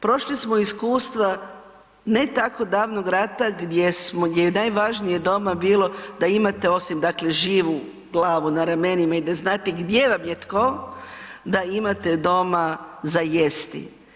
Prošli smo iskustva ne tako davnog rata gdje smo, gdje je najvažnije doma bilo da imate, osim, dakle živu glavu na ramenima i da znate gdje vam je tko, da imate doma za jesti.